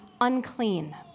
unclean